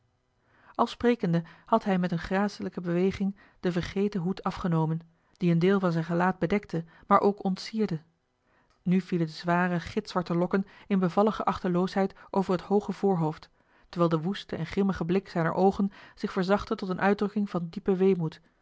al sprekende had hij met eene gracelijke beweging den versleten hoed afgenomen die een deel van zijn gelaat bedekte maar ook ontsierde nu vielen de zware gitzwarte lokken in bevallige achteloosheid over het hooge voorhoofd terwijl de woeste en grimmige blik zijner oogen zich verzachtte tot eene uitdrukking van diepen weemoed